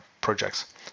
projects